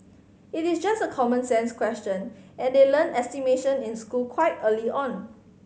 it is just a common sense question and they learn estimation in school quite early on